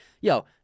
yo